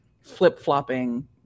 flip-flopping